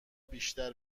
بیشتر